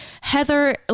Heather